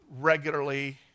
regularly